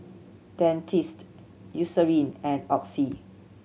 Dentiste Eucerin and Oxy